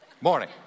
morning